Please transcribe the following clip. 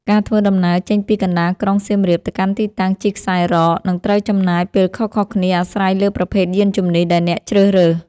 ការធ្វើដំណើរចេញពីកណ្ដាលក្រុងសៀមរាបទៅកាន់ទីតាំងជិះខ្សែរ៉ក នឹងត្រូវចំណាយពេលខុសៗគ្នាអាស្រ័យលើប្រភេទយានជំនិះដែលអ្នកជ្រើសរើស។